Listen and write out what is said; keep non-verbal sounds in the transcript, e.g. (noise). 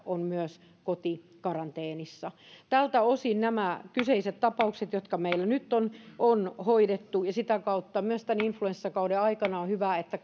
ovat kotikaranteenissa tältä osin nämä kyseiset tapaukset jotka meillä nyt on on hoidettu ja sitä kautta myös on tämän influenssakauden aikana hyvä että (unintelligible)